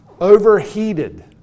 overheated